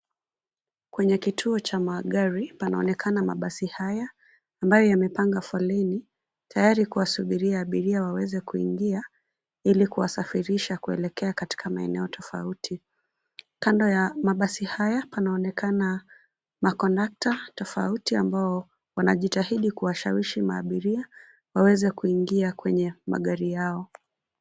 Kwenye kituo cha magari panaonekana mabasi haya ambayo yamepangwa foleni tayari kuwasubiria abiria waweze kuingia ili kuwasafirisha kulekea katika maeneo tofauti. Kando ya mabasi haya panaonekana makondakta tofauti ambao wanajitahidi kuwashawishi maabiria waweze kuingia kwenye magari yao.